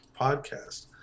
podcast